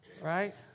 right